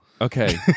Okay